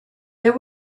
there